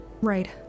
Right